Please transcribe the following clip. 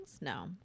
No